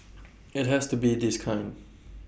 IT has to be this kind